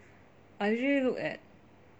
I usually look at